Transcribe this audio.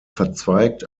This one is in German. verzweigt